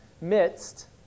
midst